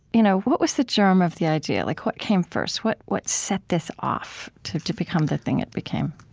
you know what was the germ of the idea? like, what came first? what what set this off to to become the thing it became?